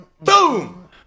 boom